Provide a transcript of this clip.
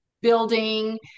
building